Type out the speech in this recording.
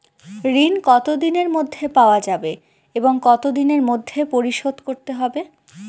ঋণ কতদিনের মধ্যে পাওয়া যাবে এবং কত দিনের মধ্যে পরিশোধ করতে হবে?